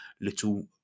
little